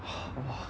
!wah!